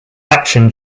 action